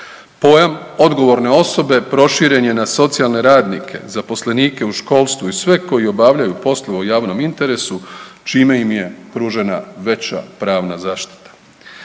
Pojam odgovorne osobe proširen je na socijalne radnike, zaposlenike u školstvu i sve koji obavljaju poslove u javnom interesu čime im je pružena veća pravna zaštita.